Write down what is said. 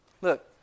Look